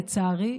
לצערי,